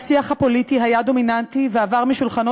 השיח הפוליטי היה דומיננטי בביתנו ועבר משולחנות